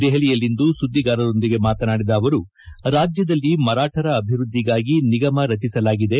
ದೆಹಲಿಯಲ್ಲಿಂದು ಸುದ್ದಿಗಾರರೊಂದಿಗೆ ಮಾತನಾಡಿದ ಅವರು ರಾಜ್ಯದಲ್ಲಿ ಮರಾಠರ ಅಭಿವ್ಯದ್ದಿಗಾಗಿ ನಿಗಮ ರಚಿಸಲಾಗಿದೆ